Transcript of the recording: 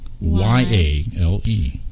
Y-A-L-E